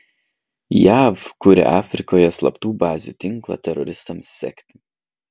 jav kuria afrikoje slaptų bazių tinklą teroristams sekti